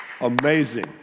Amazing